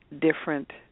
different